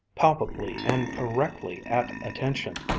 palpably and correctly at attention.